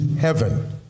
heaven